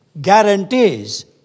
guarantees